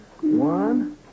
one